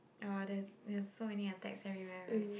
uh there's there's so many attacks everywhere right